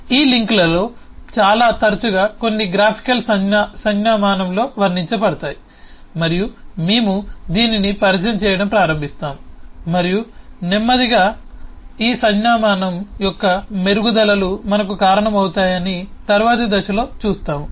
ఈ లింక్లలో చాలా తరచుగా కొన్ని గ్రాఫికల్ సంజ్ఞామానం లో వర్ణించబడతాయి మరియు మేము దీనిని పరిచయం చేయటం ప్రారంభిస్తాము మరియు నెమ్మదిగా ఈ సంజ్ఞామానం యొక్క మెరుగుదలలు మనకు కారణమవుతాయని తరువాతి దశలో చూస్తాము